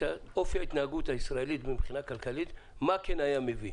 אופי ההתנהגות הישראלי מבחינה כלכלית ומה כן היה מביא.